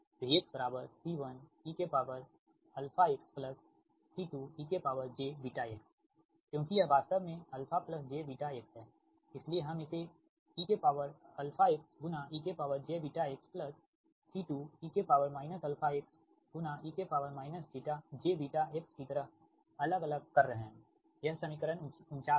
V C1 eαxC2ejβx क्योंकि यह वास्तव में αjβx है इसलिए हम इसे eαxejβx C2e αxe jβxकी तरह अलग कर रहे हैं यह समीकरण 49 है